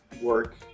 work